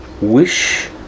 wish